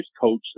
coach